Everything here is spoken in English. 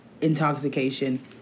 intoxication